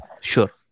sure